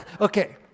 Okay